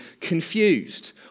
confused